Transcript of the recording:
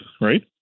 right